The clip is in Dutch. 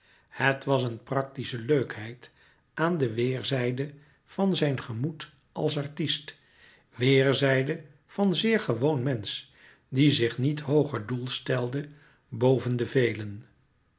het was een practische leukheid aan de weêrzijde van zijn gemoed als artist weêrzijde van zeer gewoon mensch die zich niet hooger stelde boven de velen